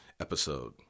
episode